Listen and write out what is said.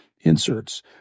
inserts